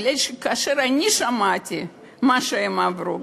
מפני שכאשר אני שמעתי מה שהם עברו,